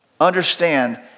understand